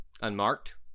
Unmarked